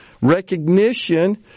recognition